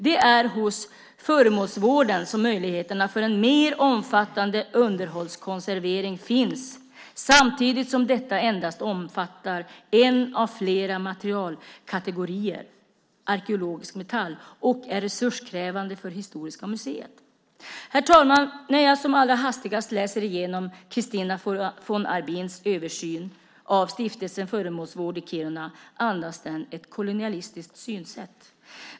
Det är hos SFMV som möjligheterna för en mer omfattande underhållskonservering finns, samtidigt som detta endast omfattar en av flera materialkategorier och är resurskrävande för Historiska museet." Herr talman! Efter att som allra hastigast ha läst igenom Christina von Arbins översyn av Stiftelsen Föremålsvård i Kiruna tycker jag att den andas ett kolonialistiskt synsätt.